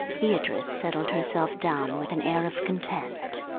beatrice settled herself down with an air of content.